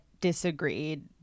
disagreed